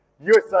USA